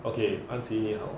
okay until senior